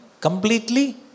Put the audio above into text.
completely